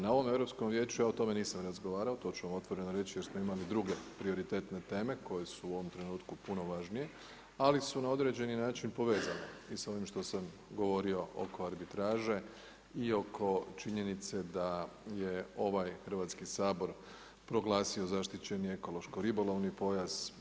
Na ovom Europskom vijeću ja o tome nisam razgovarao, to ću vam otvoreno reći jer smo imali druge prioritetne teme koje su u ovom trenutku puno važnije, ali su na određeni način povezane i s ovim što sam govorio oko arbitraže i oko činjenice da je ovaj Hrvatski sabor proglasio zaštićeni ekološko-ribolovni pojas.